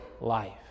life